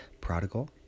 prodigal